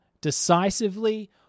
decisively